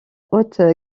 haute